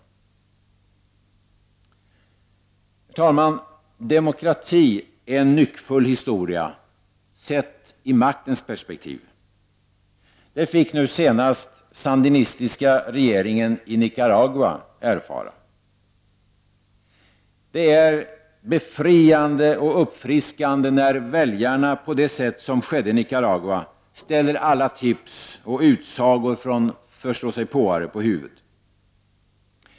Herr talman! Demokrati är en nyckfull historia — sett i maktens perspektiv. Det fick nu senast den sandinistiska regeringen i Nicaragua erfara. Det är befriande och uppfriskande när väljarna på det sätt som skedde i Nicaragua ställer alla tips och utsagor från förståsigpåare på huvudet.